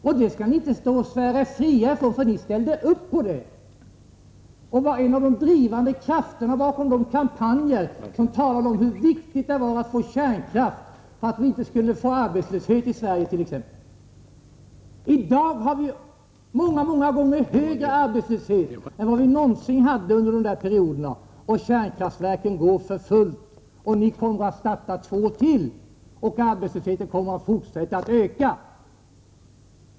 Och ni skall inte svära er fria från det, för ni ställde upp bakom det och var en av de drivande krafterna bakom den kampanjen. Det talades om hur viktigt det var med kärnkraft, t.ex. för att vi inte skulle få arbetslöshet i Sverige. I dag har vi en många gånger högre arbetslöshet än vad vi någonsin hade på den tiden, och kärnkraftverken går för fullt. Ni kommer också att starta ytterligare två, och arbetslösheten kommer att fortsätta att öka.